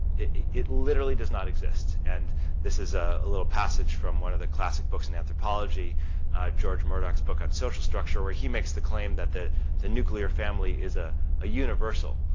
it literally does not exist and this is ah a little passage from one of the classic books in anthropology ah george murdock on social structure where he makes the claim that the the nuclear family is ah a universal.